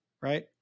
right